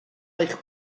eich